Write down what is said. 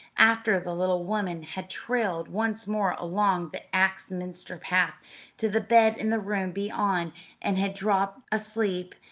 after the little woman had trailed once more along the axminster path to the bed in the room beyond and had dropped asleep,